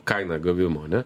kainą gavimo ane